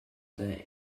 that